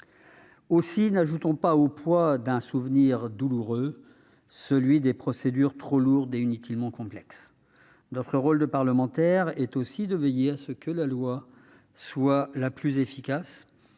Aussi, n'ajoutons pas au poids d'un souvenir douloureux celui de procédures trop lourdes et inutilement complexes. Notre rôle de parlementaires est également de veiller à ce que la loi soit la plus efficace